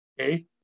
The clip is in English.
Okay